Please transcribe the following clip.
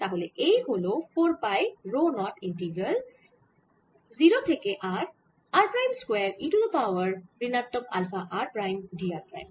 তাহলে এই হল 4 পাই রো 0 ইন্টিগ্রাল 0 থেকে r r prime square e to the power ঋণাত্মক alpha r prime d r prime